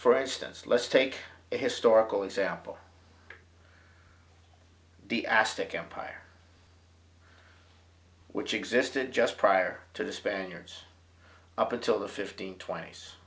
for instance let's take a historical example the ass thick empire which existed just prior to the spaniards up until the fifteenth tw